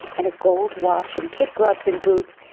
and a gold watch, and kid gloves and boots.